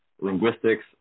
linguistics